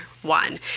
One